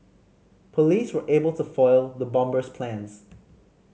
police were able to foil the bomber's plans